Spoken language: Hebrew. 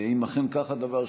אם אכן כך הדבר,